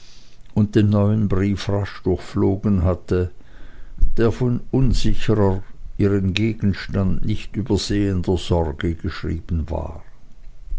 und den neuen brief rasch durchflogen hatte der von unsicherer ihren gegenstand nicht übersehender sorge geschrieben war